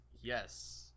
Yes